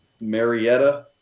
Marietta